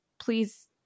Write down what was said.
please